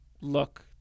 look